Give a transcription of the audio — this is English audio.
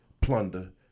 plunder